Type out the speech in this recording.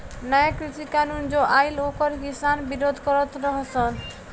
नया कृषि कानून जो आइल ओकर किसान विरोध करत रह सन